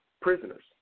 prisoners